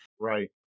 Right